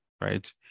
right